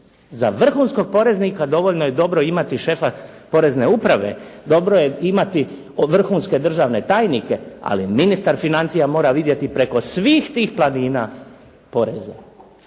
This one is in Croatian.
za vrhunskog poreznika dovoljno je dobro imati šefa porezne uprave, dobro je imati vrhunske državne tajnike, ali ministar financija mora vidjeti preko svih tih planina poreza.